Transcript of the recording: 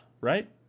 right